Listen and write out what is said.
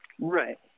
Right